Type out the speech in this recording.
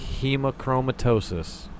Hemochromatosis